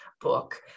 book